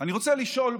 אני רוצה לשאול,